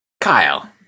Kyle